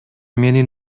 менин